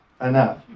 Enough